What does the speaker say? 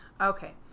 Okay